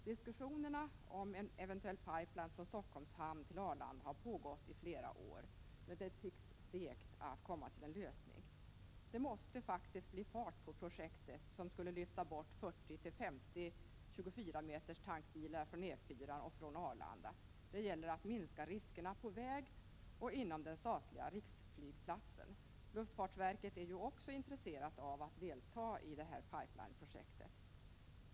Diskussionerna om en eventuell pipeline från Stockholms hamn till Arlanda har pågått i flera år, men det tycks vara segt att komma till en lösning. Det måste faktiskt bli fart på projektet, som skulle lyfta bort 40—50 24-meters tankbilar från E4-an och från Arlanda. Det gäller att minska riskerna på väg och inom den statliga riksflygplatsen. Luftfartsverket är ju också intresserat av att delta i det här pipelineprojektet.